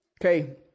Okay